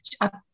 up